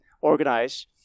organize